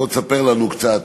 בוא תספר לנו קצת,